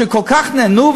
והם כל כך נהנו,